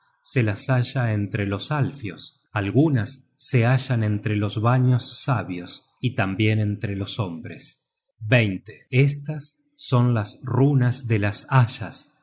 se las halla entre los alfios algunas se hallan entre los vanios sabios y tambien entre los hombres estas son las runas de las hayas